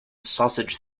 sausage